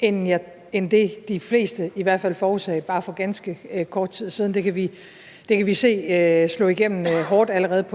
end det, de fleste i hvert forudsagde for bare ganske kort tid siden. Det kan vi allerede se slå hårdt igennem